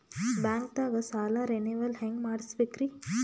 ಬ್ಯಾಂಕ್ದಾಗ ಸಾಲ ರೇನೆವಲ್ ಹೆಂಗ್ ಮಾಡ್ಸಬೇಕರಿ?